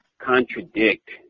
Contradict